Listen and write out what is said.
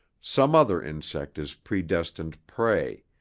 some other insect is predestined prey,